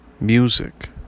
Music